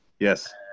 Yes